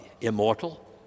immortal